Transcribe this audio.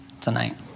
tonight